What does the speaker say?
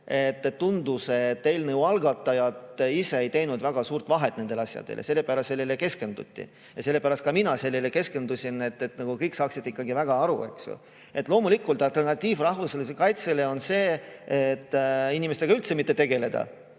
et tundus, et eelnõu algatajad ise ei teinud väga suurt vahet nendel asjadel. Sellepärast sellele keskenduti. Ja sellepärast ka mina keskendusin, et kõik saaksid ikkagi väga hästi aru. Loomulikult, alternatiiv rahvusvahelisele kaitsele on see, et inimestega üldse mitte tegeleda. Aga